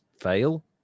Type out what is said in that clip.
fail